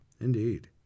Indeed